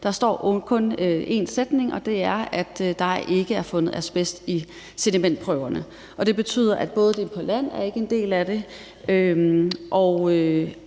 Der står kun én sætning, og det er, at der ikke er fundet asbest i sedimentprøverne, og det betyder, at det på land ikke er en del af det;